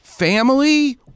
Family